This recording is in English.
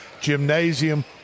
gymnasium